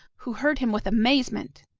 who heard him with amazement.